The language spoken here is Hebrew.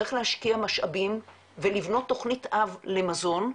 צריך להשקיע משאבים ולבנות תכנית אב למזון.